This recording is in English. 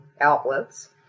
outlets